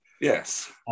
Yes